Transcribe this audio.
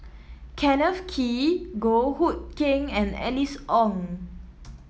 Kenneth Kee Goh Hood Keng and Alice Ong